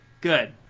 Good